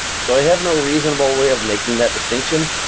so i have no reasonable way of making that distinction,